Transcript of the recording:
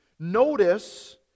Notice